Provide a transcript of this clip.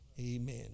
Amen